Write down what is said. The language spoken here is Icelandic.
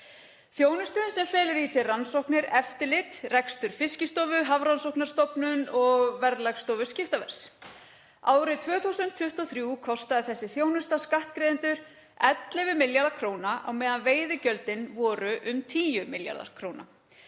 þjónustu sem felur í sér rannsóknir, eftirlit, rekstur Fiskistofu, Hafrannsóknastofnun og Verðlagsstofu skiptaverðs. Árið 2023 kostaði þessi þjónusta skattgreiðendur 11 milljarða kr. á meðan veiðigjöldin voru um 10 milljarða kr.